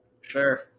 sure